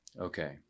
Okay